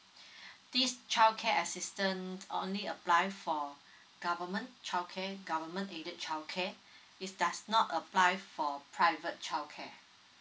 this childcare assistance are only apply for government childcare government aided childcare it does not apply for private childcare